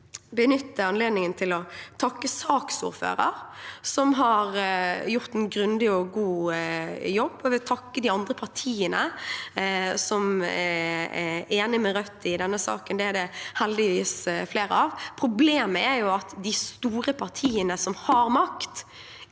benytte anledningen til å takke saksordføreren, som har gjort en grundig og god jobb, og jeg vil takke de andre partiene som er enig med Rødt i denne saken. Dem er det heldigvis flere av. Problemet er jo at de store partiene, som har makt,